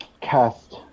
cast